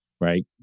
right